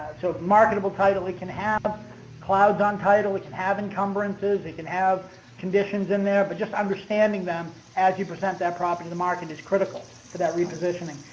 so marketable title. it can have clouds on title, it can have incumbrances, it have conditions in there, but just understanding them as you present that property to market is critical for that repositioning.